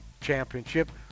Championship